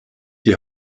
die